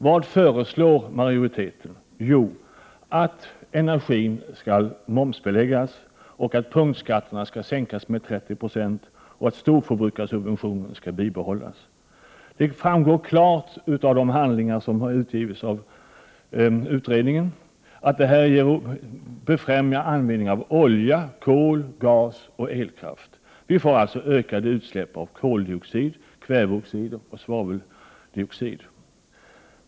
Vad föreslår majoriteten? Jo, energin skall momsbeläggas och punktskatterna skall sänkas med 30 26, storförbrukarsubventionen skall bibehållas. Det framgår klart av de handlingar som utgivits av utredningen att det här främjar användning av olja, kol, gas och elkraft. Vi får alltså ökade utsläpp av koldioxider, kvävedioxider och svaveldioxider.